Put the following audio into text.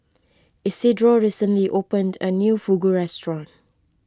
Isidro recently opened a new Fugu restaurant